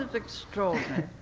extraordinary?